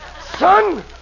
Son